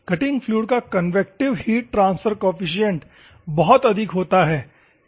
cutting fluid का convective heat transfer coefficient बहुत अधिक होता है